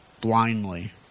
blindly